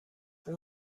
اون